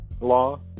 law